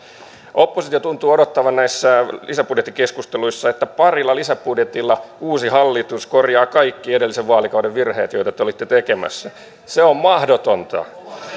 oppositio tuntuu odottavan näissä lisäbudjettikeskusteluissa että parilla lisäbudjetilla uusi hallitus korjaa kaikki edellisen vaalikauden virheet joita te olitte tekemässä se on mahdotonta